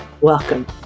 Welcome